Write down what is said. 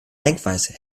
denkweise